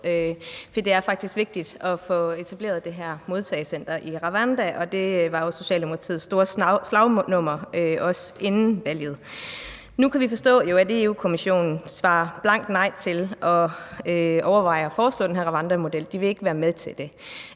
for det er faktisk vigtigt at få etableret det her modtagecenter i Rwanda – og det var jo Socialdemokratiets store slagnummer også inden valget. Nu kan vi jo forstå, at Europa-Kommissionen har svaret blankt nej til at overveje den her Rwanda-model – den vil ikke være med til det.